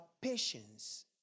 patience